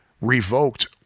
revoked